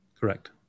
Correct